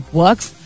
works